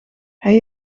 hij